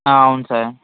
అవును సార్